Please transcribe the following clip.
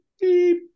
beep